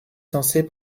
censée